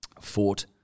Fort